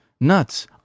nuts